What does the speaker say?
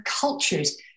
cultures